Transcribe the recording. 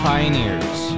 Pioneers